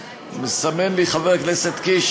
מסמן לי חבר הכנסת קיש